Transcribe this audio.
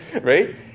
right